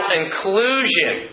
inclusion